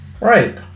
Right